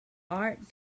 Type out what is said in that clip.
art